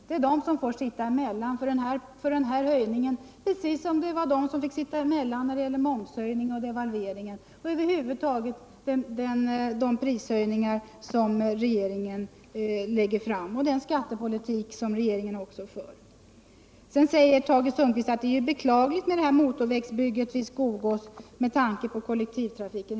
Det är de som får sitta emellan vid den här höjningen precis som vid momshöjningen och devalveringen och över huvud taget när det gäller de prishöjningar som regeringen åstadkommer och den skattepolitik som den för. Sedan säger Tage Sundkvist att det är beklagligt med motorvägsbygget vid Skogås med tanke på kollektivtrafiken.